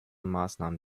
maßnahmen